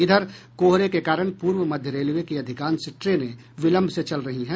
इधर कोहरे के कारण पूर्व मध्य रेलवे की अधिकांश ट्रेनें विलंब से चल रही हैं